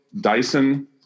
Dyson